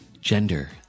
gender